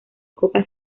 copa